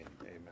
amen